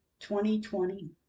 2020